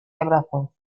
abrazos